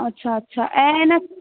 अच्छा अच्छा ऐं न